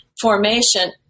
formation –